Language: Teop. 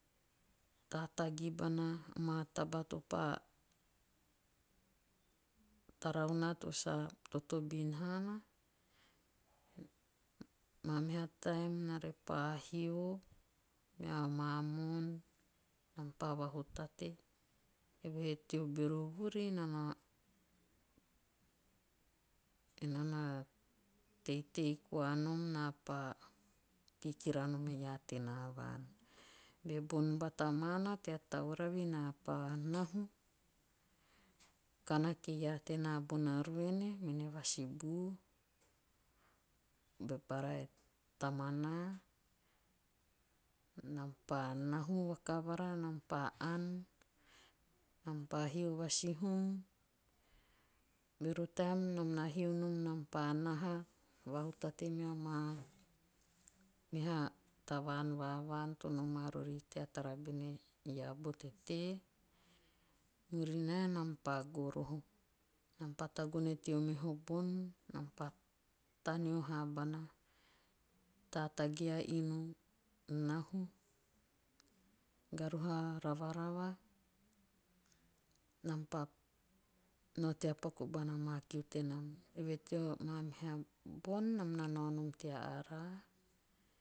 Tatagi bana amaa taba topa tarau. naa to sa totobin naana. Maa meha'taem'na repa hio mea maa moon pa vahutate. Eve he teo bero vuri naa na na teitei koa nom. na pa kikira nom e iaa tena. Be bon bata maana. tea tauravi naa pa nahu. kana kie iaa tenaa bona ruene mene vasibu ba bara e tamana. nam pa nahu vakavara. nam na hio nom nam pa naha. vahutate mea maa meha tavaan va vaan to noma rori tea tara bene iaa bo tetee murinae nam pa goroho. nam pa tagune teo meho bonnam pa taneo habana tatagi a inu. nahu. garuhu a ravarava. nam pa nao bana tea paku amaa kiu tenam. Eve he tea maa meha bon. nam na nao nom tea araa